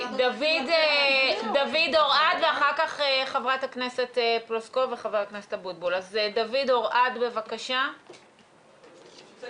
דיון מהיר שביקשו חברת הכנסת תמר זנדברג וחבר הכנסת אוסאמה סעדי.